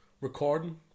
Recording